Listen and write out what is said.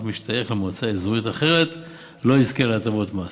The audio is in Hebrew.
משתייך למועצה אזורית אחרת לא יזכה להטבות מס.